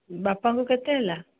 ବାପାଙ୍କୁ କେତେ ହେଲା